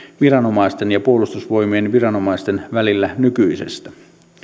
viranomaisten ja puolustusvoimien viranomaisten välillä nykyisestä